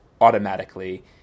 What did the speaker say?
automatically